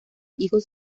hijos